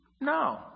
No